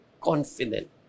confident